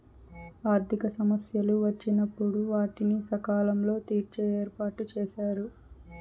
ఆర్థిక సమస్యలు వచ్చినప్పుడు వాటిని సకాలంలో తీర్చే ఏర్పాటుచేశారు